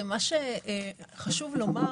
חשוב לומר